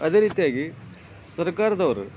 ಅದೇ ರೀತಿಯಾಗಿ ಸರ್ಕಾರದವರು